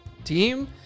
team